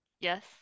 Yes